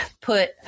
put